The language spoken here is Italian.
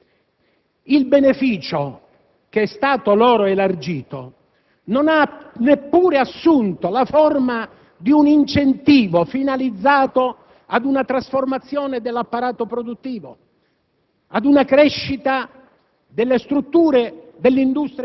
E, per somma ironia, il beneficio che è stato loro elargito non ha neppure assunto la forma di un incentivo finalizzato a una trasformazione dell'apparato produttivo,